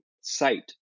site